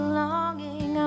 longing